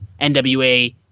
NWA